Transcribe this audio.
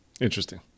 Interesting